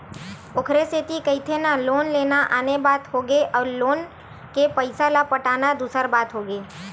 ओखरे सेती कहिथे ना लोन लेना आने बात होगे अउ लोन के पइसा ल पटाना दूसर बात होगे